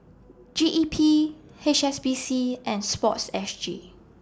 G E P H S B C and Sports S G